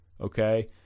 okay